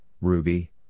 Ruby